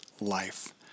life